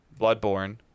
Bloodborne